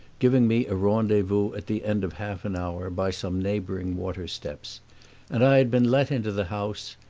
giving me a rendezvous at the end of half an hour by some neighboring water steps and i had been let into the house,